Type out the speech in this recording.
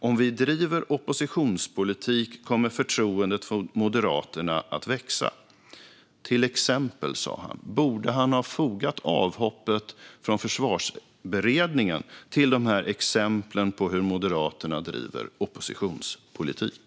Om vi driver oppositionspolitik kommer förtroendet för Moderaterna att växa. "Till exempel", sa han. Borde han ha fogat avhoppet från Försvarsberedningen till dessa exempel på hur Moderaterna driver oppositionspolitik?